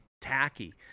tacky